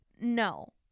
no